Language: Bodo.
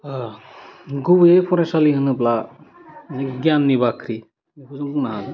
गुबैयै फरायसालि होनोब्ला जे गियाननि बाख्रि बेखौ जों बुंनो हागोन